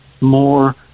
more